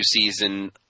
season